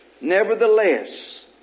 Nevertheless